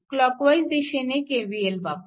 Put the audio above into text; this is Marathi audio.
क्लॉकवाईज दिशेने KVL वापरा